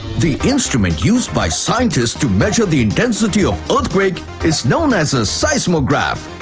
the instrument used by scientists to measure the intensity of earthquake is known as a seismograph!